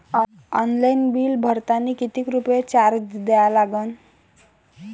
Online bill भरतानी कितीक रुपये चार्ज द्या लागन?